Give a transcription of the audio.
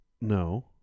No